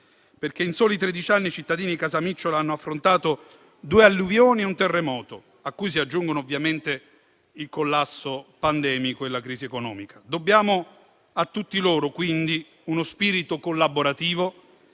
perché in soli tredici anni i cittadini di Casamicciola hanno affrontato due alluvioni e un terremoto, a cui si aggiungono ovviamente il collasso pandemico e la crisi economica. Dobbiamo a tutti loro, quindi, uno spirito collaborativo,